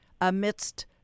amidst